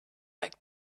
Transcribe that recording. like